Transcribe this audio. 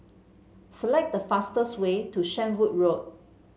select the fastest way to Shenvood Road